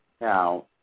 Now